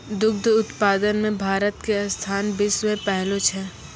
दुग्ध उत्पादन मॅ भारत के स्थान विश्व मॅ पहलो छै